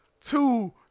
two